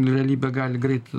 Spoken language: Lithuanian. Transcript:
realybė gali greit